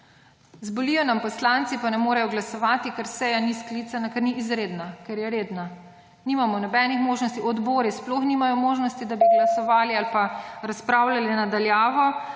Zbolijo nam poslanci, pa ne morejo glasovati, ker seja ni sklicana, ker ni izredna, ker je redna. Nimamo nobenih možnosti, odbori sploh nimajo možnosti, da bi glasovali ali pa razpravljali na daljavo.